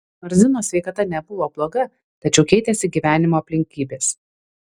nors zinos sveikata nebuvo bloga tačiau keitėsi gyvenimo aplinkybės